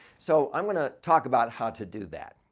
so, i'm going to talk about how to do that.